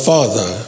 Father